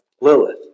Lilith